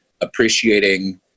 appreciating